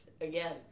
Again